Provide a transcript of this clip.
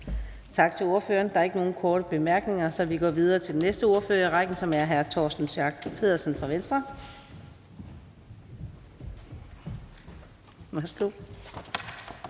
Tak til ordføreren. Der er ikke nogen korte bemærkninger, så vi går videre til den næste ordfører i rækken, som er hr. Henrik Rejnholt Andersen fra Moderaterne.